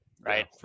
right